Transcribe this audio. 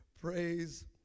Praise